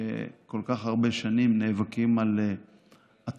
שכל כך הרבה שנים נאבקים על התקנתו,